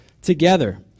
together